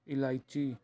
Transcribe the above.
ਇਲਾਇਚੀ